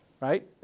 Right